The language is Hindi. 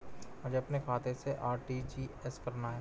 मुझे अपने खाते से आर.टी.जी.एस करना?